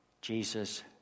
Jesus